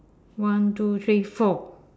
one two three four